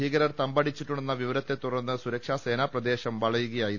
ഭീകരർ തമ്പടിച്ചിട്ടുണ്ടെന്ന വിവരത്തെ തുടർന്ന് സുരക്ഷാ സേന പ്രദേശം വളയുകയായിരുന്നു